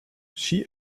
she